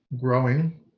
growing